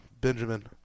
Benjamin